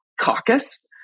caucus